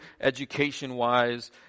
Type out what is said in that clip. education-wise